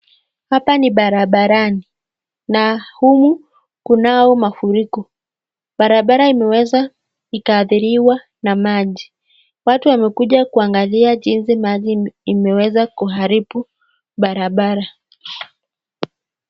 Hapa ni barabarani na humu kunao mafuriko. Barabara imeweka ikahadhiriwa na maji, watu wamekuja kuangalia jinzi maji imeweza kuharibu barabara.